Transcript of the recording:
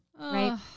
right